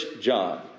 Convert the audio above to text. John